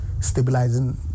stabilizing